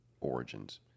origins